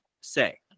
say